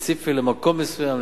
ספציפי למקום מסוים,